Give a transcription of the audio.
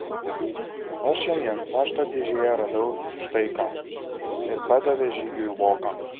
o šiandien pašto dėžėje radau štai ką ir padavė žygiui voką